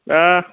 दा